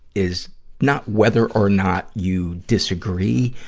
is not whether or not you disagree,